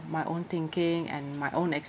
my own thinking and my own exp~